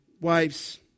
wives